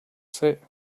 say